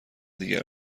دیگر